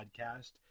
podcast